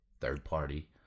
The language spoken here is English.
third-party